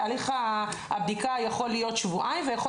תהליך הבדיקה יכול להיות שבועיים ויכול